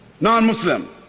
Non-Muslim